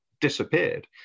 disappeared